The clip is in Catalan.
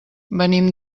venim